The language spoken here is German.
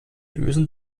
lösen